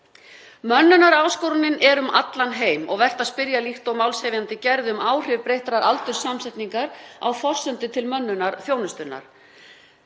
Mönnunaráskorunin er um allan heim og vert að spyrja, líkt og málshefjandi gerði, um áhrif breyttrar aldurssamsetningar á forsendur til mönnunar þjónustunnar.